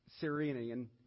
Syrian